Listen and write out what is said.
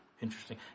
Interesting